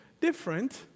different